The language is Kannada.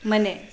ಮನೆ